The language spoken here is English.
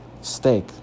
Steak